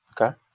Okay